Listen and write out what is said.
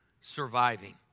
surviving